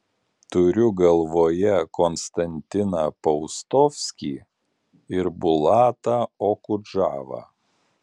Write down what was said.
turiu galvoje konstantiną paustovskį ir bulatą okudžavą